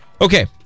okay